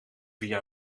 via